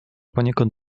poniekąd